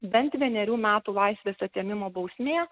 bent vienerių metų laisvės atėmimo bausmė